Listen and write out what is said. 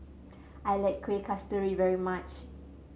I like Kueh Kasturi very much